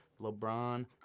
LeBron